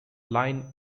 line